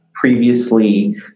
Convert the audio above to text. Previously